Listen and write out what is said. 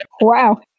wow